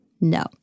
No